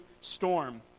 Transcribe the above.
storm